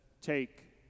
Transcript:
take